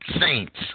Saints